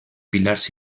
pilars